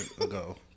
ago